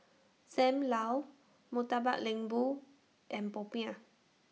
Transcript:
SAM Lau Murtabak Lembu and Popiah